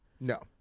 no